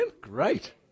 Great